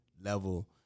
level